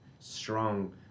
strong